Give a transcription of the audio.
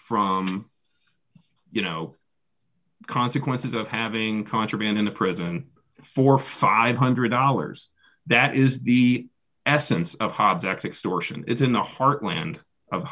from you know consequences of having contraband in the prison for five hundred dollars that is the essence of hobbs extortion it's in the heartland of